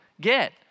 get